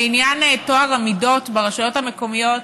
ועניין טוהר המידות ברשויות המקומיות